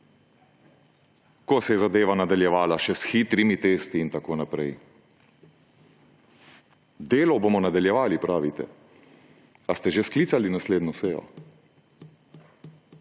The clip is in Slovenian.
ko se je zadeva nadaljevala še s hitrimi testi in tako naprej. Delo bomo nadaljevali, pravite. Ali ste že sklicali naslednjo sejo?